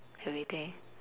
everything